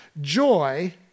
Joy